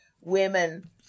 women